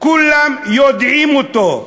כולם יודעים אותו,